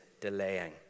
delaying